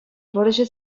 вӑрҫӑ